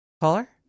Caller